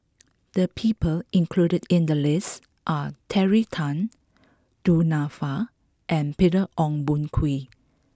the people included in the list are Terry Tan Du Nanfa and Peter Ong Boon Kwee